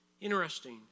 Interesting